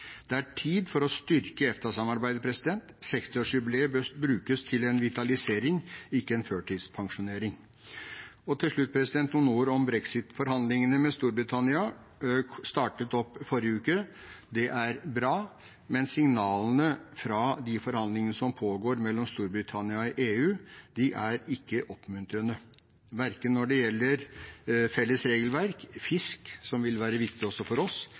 Det er tid for å styrke EFTA-samarbeidet. 60-årsjubileet bør brukes til en vitalisering – ikke en førtidspensjonering. Til slutt noen ord om brexit-forhandlingene med Storbritannia som startet opp forrige uke: Det er bra, men signalene fra de forhandlingene som pågår mellom Storbritannia og EU, er ikke oppmuntrende, verken når det gjelder felles regelverk, fisk, som vil være viktig også for oss,